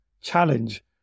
challenge